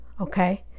okay